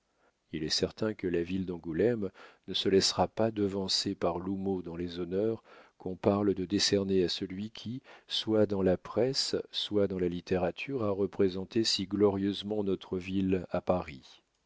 il est certain que la ville d'angoulême ne se laissera pas devancer par l'houmeau dans les honneurs qu'on parle de décerner à celui qui soit dans la presse soit dans la littérature a représenté si glorieusement notre ville à paris